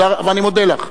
ואני מודה לך.